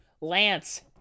Lance